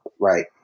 right